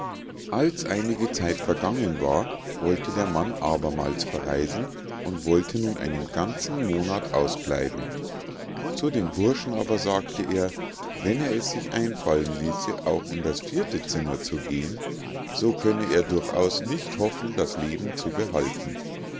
als einige zeit vergangen war wollte der mann abermals verreisen und wollte nun einen ganzen monat ausbleiben zu dem burschen aber sagte er wenn er es sich einfallen ließe auch in das vierte zimmer zu gehen so könne er durchaus nicht hoffen das leben zu behalten